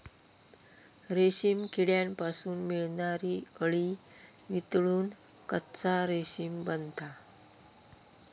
रेशीम किड्यांपासून मिळणारी अळी वितळून कच्चा रेशीम बनता